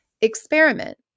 experiment